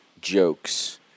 jokes